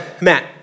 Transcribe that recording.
Matt